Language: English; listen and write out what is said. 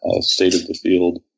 state-of-the-field